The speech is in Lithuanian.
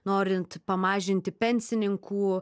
norint pamažinti pensininkų